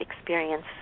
experience